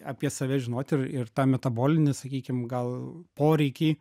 apie save žinot ir ir tą metabolinį sakykim gal poreikį